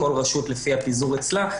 כל רשות על פי הפיזור אצלה.